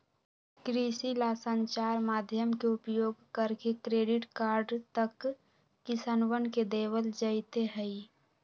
कृषि ला संचार माध्यम के उपयोग करके क्रेडिट कार्ड तक किसनवन के देवल जयते हई